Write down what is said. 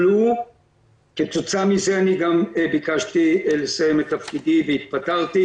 כתוצאה מזה גם ביקשתי לסיים את תפקידי והתפטרתי